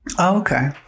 Okay